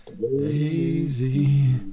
Daisy